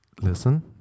listen